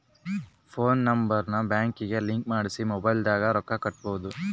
phone number ನ ಬ್ಯಾಂಕಿಗೆ link ಮಾಡ್ಸಿ ಮೊಬೈಲದಾಗ ರೊಕ್ಕ ಹಕ್ಬೊದು